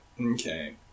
Okay